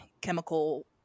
chemical